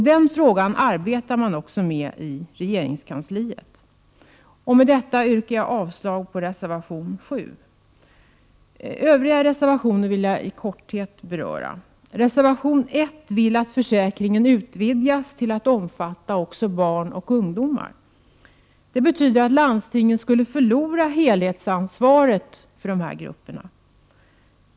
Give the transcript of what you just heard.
Den frågan arbetar man också med i regeringskansliet. Med detta yrkar jag avslag på reservation 7. Övriga reservationer vill jag i korthet beröra. I reservation 1 vill reservanterna att försäkringen utvidgas till att omfatta också barn och ungdom. Det betyder att landstingen skulle förlora helhetsansvaret för barn och ungdom.